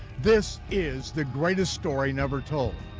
this is the greatest story never told,